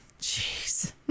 Jeez